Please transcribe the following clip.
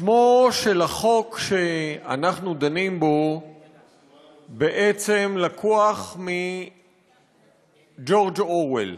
שמו של החוק שאנחנו דנים בו בעצם לקוח מג'ורג' אורוול.